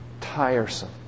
tiresome